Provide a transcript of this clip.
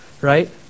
right